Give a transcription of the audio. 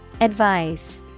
Advice